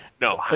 No